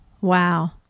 Wow